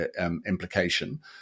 implication